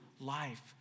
life